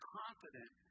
confident